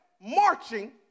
marching